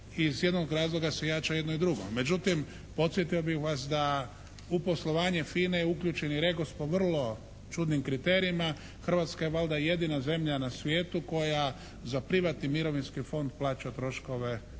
Hrvatska je valjda jedina zemlja na svijetu koja za privatni Mirovinski fond plaća troškove